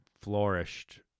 flourished